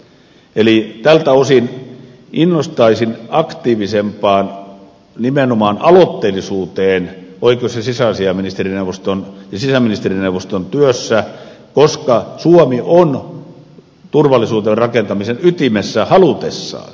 eli tältä osin innostaisin nimenomaan aktiivisempaan aloitteellisuuteen oikeus ja sisäasiainministerineuvoston ja sisäministerineuvoston työssä koska suomi on turvallisuuden rakentamisen ytimessä halutessaan